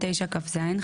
59כז,